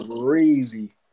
crazy